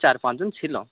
চার পাঁচ জন ছিলো